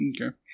Okay